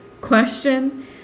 question